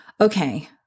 Okay